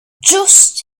just